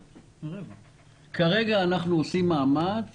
כרגע אנחנו עושים מאמץ